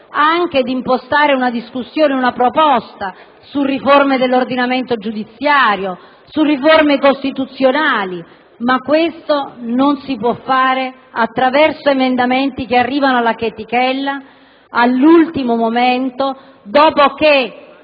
- di impostare una discussione, di avanzare una proposta su riforme dell'ordinamento giudiziario, su riforme costituzionali, ma tutto questo non si può fare con emendamenti che arrivano alla chetichella, all'ultimo momento, dopo che